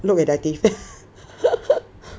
look at the teeth